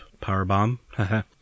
Powerbomb